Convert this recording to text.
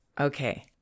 Okay